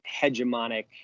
hegemonic